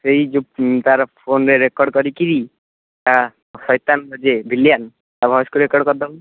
ସେଇ ଯୋଉ ତା'ର ଫୋନ୍ରେ ରେକର୍ଡ଼ କରିକିରି ତା ସଇତାନ ଯେ ଭିଲିଆନ୍ ତା ଭଏସ୍କୁ ରେକର୍ଡ଼ କରିଦେବୁ